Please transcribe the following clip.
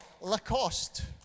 Lacoste